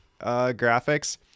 graphics